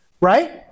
Right